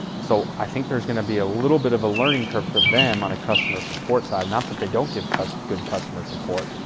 so i think there's gonna be a little bit of a learning curve for them on a customer support side not that they don't give good customer support,